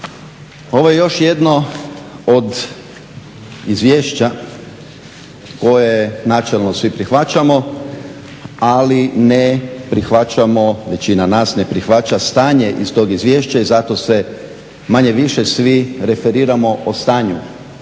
Ovo je još jedno od izvješća koje načelno svi prihvaćamo ali ne prihvaćam, većina nas ne prihvaća stanje iz tog izvješća i zato se manje-više svi referiramo po stanju